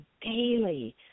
daily